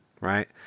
right